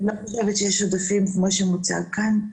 אני לא חושבת שיש עודפים כמו שמוצג כאן.